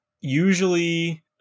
Usually